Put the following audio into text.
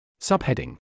Subheading